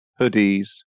hoodies